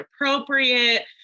appropriate